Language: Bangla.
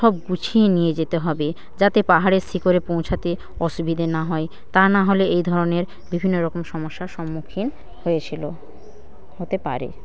সব গুছিয়ে নিয়ে যেতে হবে যাতে পাহাড়ের শিখরে পৌঁছাতে অসুবিধে না হয় তা না হলে এই ধরণের বিভিন্নরকম সমস্যার সম্মুখীন হয়েছিলো হতে পারে